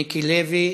מיקי לוי,